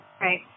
Right